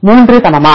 3 சமமா